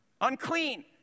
Unclean